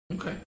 Okay